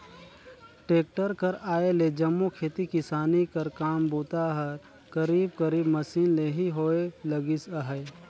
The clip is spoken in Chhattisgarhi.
टेक्टर कर आए ले जम्मो खेती किसानी कर काम बूता हर करीब करीब मसीन ले ही होए लगिस अहे